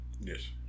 Yes